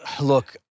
look